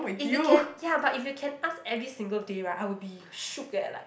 if you can ya but if you can ask every single day right I will be shook eh like